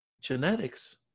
genetics